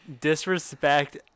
disrespect